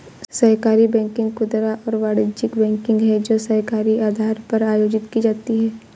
सहकारी बैंकिंग खुदरा और वाणिज्यिक बैंकिंग है जो सहकारी आधार पर आयोजित की जाती है